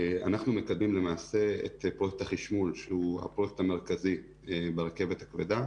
אנחנו מקדמים את פרויקט החשמול שהוא הפרויקט המרכזי ברכבת הכבדה